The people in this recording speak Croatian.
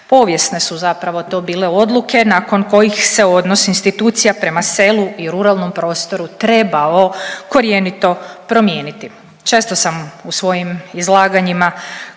Povijesne su zapravo to bile odluke nakon kojih se odnos institucija prema selu i ruralnom prostoru trebao korjenito promijeniti. Često sam u svojim izlaganjima